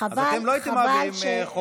אז אתם לא הייתם מעבירים חוק,